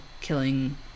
killing